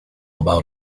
about